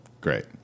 Great